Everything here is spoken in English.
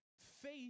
faith